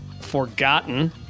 forgotten